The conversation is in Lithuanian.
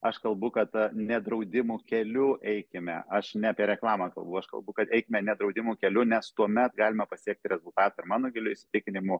aš kalbu kad ne draudimų keliu eikime aš ne apie reklamą kalbu aš kalbu kad eikime ne draudimų keliu nes tuomet galime pasiekti rezultatą ir mano giliu įsitikinimu